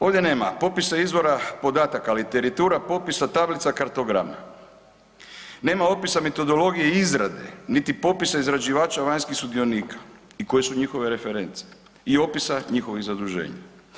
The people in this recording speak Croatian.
Ovdje nema popisa izvora podataka, a literatura popisa tablica, kartograma, nema opisa metodologije izrade niti popisa izrađivača vanjskih sudionika i koje su njihove reference i opisa njihovih zaduženja.